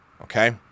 Okay